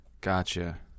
Gotcha